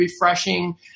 refreshing